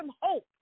hope